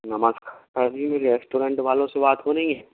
नमस्कार जी मेरी रेस्टोरेंट वालों से बात हो रही है